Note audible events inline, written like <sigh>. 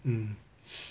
mm <noise>